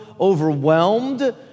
overwhelmed